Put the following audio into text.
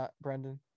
Brendan